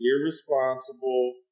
irresponsible